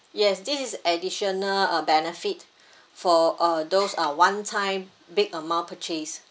yes this is additional uh benefit for uh those uh one time big amount purchase